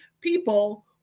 people